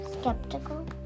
skeptical